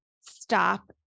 stop